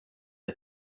his